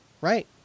right